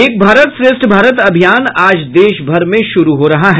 एक भारत श्रेष्ठ भारत अभियान आज देशभर में शुरू हो रहा है